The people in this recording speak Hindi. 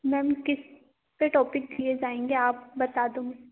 मैम किस पर टॉपिक दिए जाएंगे आप बता दो मुझे